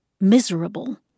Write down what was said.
miserable